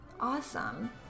Awesome